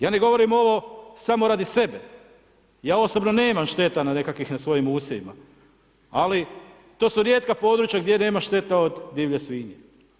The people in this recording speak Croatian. Ja ne govorim ovo samo radi sebe, ja osobno nemam šteta nekakvih na svojim usjevima ali to su rijetka područja gdje nema šteta od divlje svinje.